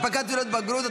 הנפקת תעודות בגרות),